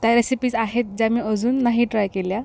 त्या रेसिपीस आहेत ज्या मी अजून नाही ट्राय केल्या